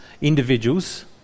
individuals